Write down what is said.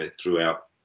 throughout